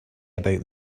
about